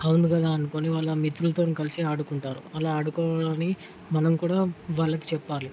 అవునుకదా అనుకోని వాళ్ళ మిత్రులతోని కలిసి ఆడుకుంటారు అలా ఆడుకోమని మనం కూడా వాళ్ళకి చెప్పాలి